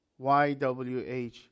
YWH